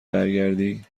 برگردی